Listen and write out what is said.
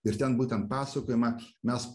ir ten būtent pasakojama mes